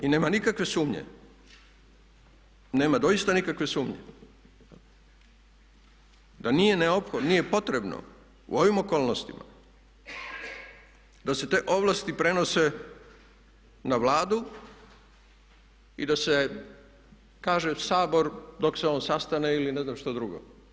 I nema nikakve sumnje, nema doista nikakve sumnje da nije potrebno u ovim okolnostima da se te ovlasti prenose na Vladu i da se kaže Sabor dok se on sastane ili ne znam što drugo.